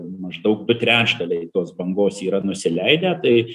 maždaug du trečdaliai tos bangos yra nusileidę tai